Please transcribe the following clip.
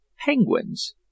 penguins